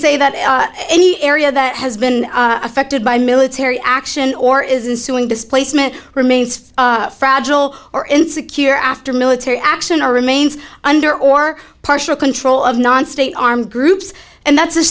say that any area that has been affected by military action or isn't suing displacement remains fragile or insecure after military action or remains under or partial control of non state armed groups and that's